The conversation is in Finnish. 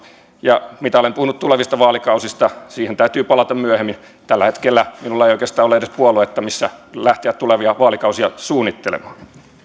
ja mitä olen puhunut tulevista vaalikausista siihen täytyy palata myöhemmin tällä hetkellä minulla ei oikeastaan ole edes puoluetta missä lähteä tulevia vaalikausia suunnittelemaan